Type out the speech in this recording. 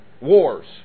Wars